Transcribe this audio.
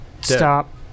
stop